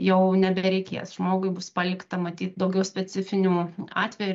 jau nebereikės žmogui bus palikta matyt daugiau specifinių atvejų